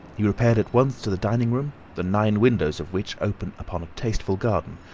he repaired at once to the dining-room, the nine windows of which open upon a tasteful garden,